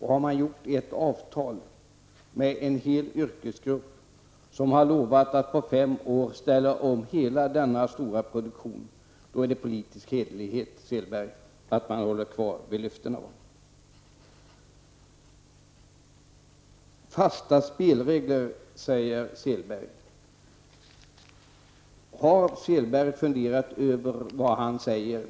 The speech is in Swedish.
Har man träffat ett avtal med en hel yrkesgrupp som har lovat att på fem år ställa om hela den stora produktionen, då är det politisk hederlighet, Åke Sellberg, att hålla fast vid sina löften. Åke Selberg talar om fasta spelregler. Har Selgerg funderat över vad han säger?